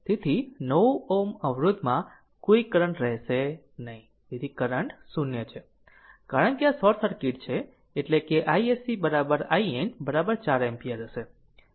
તેથી 9 Ω અવરોધમાં કોઈ કરંટ રહેશે નહીં તેથી કરંટ 0 છે કારણ કે આ શોર્ટ સર્કિટ છે એટલે કે iSC IN 4 એમ્પીયર હશે